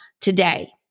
today